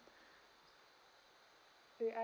kay I